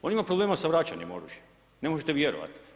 On ima problema sa vraćanjem oružjem, ne možete vjerovati.